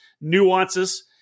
nuances